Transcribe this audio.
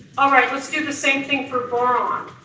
alright, let's do the same thing for boron.